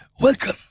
Welcome